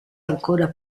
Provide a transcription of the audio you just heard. ancora